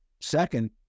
Second